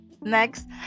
next